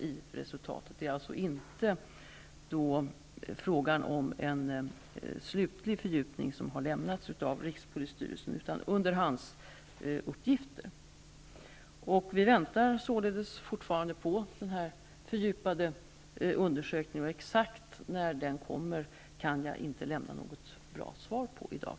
Det är inte fråga om en slutlig fördjupning som har gjorts av rikspolisstyrelsen, utan det är under handsuppgifter. Vi väntar således fortfarande på den fördjupade undersökningen. Exakt när den kommmer kan jag inte lämna något bra svar på i dag.